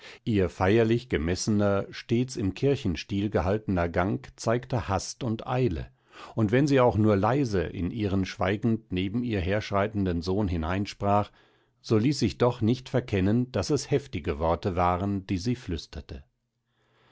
ihr feierlich gemessener stets im kirchenstil gehaltener gang zeigte hast und eile und wenn sie auch nur leise in ihren schweigend neben ihr herschreitenden sohn hineinsprach so ließ sich doch nicht verkennen daß es heftige worte waren die sie flüsterte